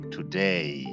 today